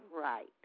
Right